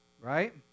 right